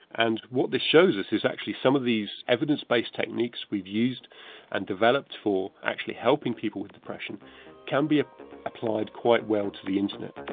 and what this shows us is actually some of these evidence based techniques we've used and developed for actually helping people with depression can be ah applied quite well to the internet.